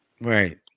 Right